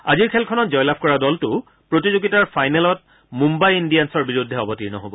আজিৰ খেলখনত জয়লাভ কৰা দলটো প্ৰতিযোগিতাৰ ফাইনেলত মুম্বাই ইণ্ডিয়ান্ছৰ বিৰুদ্ধে অৱৰ্তীণ হব